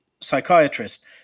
psychiatrist